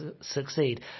succeed